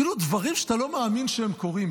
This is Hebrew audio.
דברים שאתה לא מאמין שהם קורים.